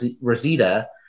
Rosita